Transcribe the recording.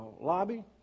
Lobby